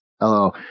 Hello